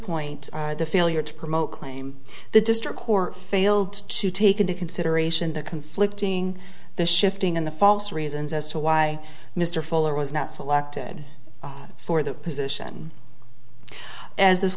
point the failure to promote claim the district court failed to take into consideration the conflicting the shifting and the false reasons as to why mr fuller was not selected for the position as this